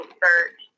search